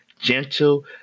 gentle